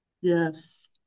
Yes